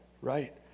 right